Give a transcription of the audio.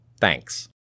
Thanks